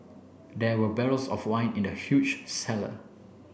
there were barrels of wine in the huge cellar